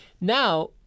Now